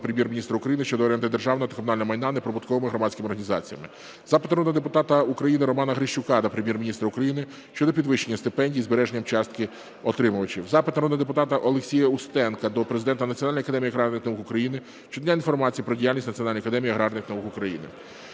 Прем'єр-міністра України щодо оренди державного та комунального майна неприбутковими громадськими організаціями. Запит народного депутата Романа Грищука до Прем'єр-міністра України щодо підвищення стипендій зі збереженням частки отримувачів. Запит народного депутата Олексія Устенка до президента Національної академії аграрних наук України щодо надання інформації про діяльність Національної академії аграрних наук України.